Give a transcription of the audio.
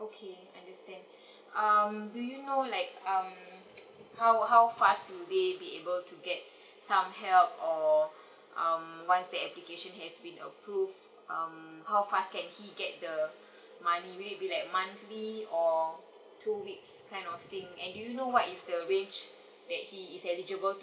okay understand um do you know like um how how fast do they be able to get some help or um once the application has been approved um how fast can he get the money will it be like monthly or two weeks kind of thing and do you know what is the range that he is eligible to